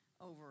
over